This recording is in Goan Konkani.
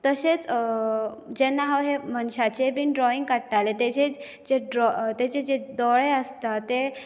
तशेंच जेन्ना हांव हें मनशाचें बीन ड्रौइंग काडटालें तेजे जे दोळे आसता ते